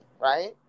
right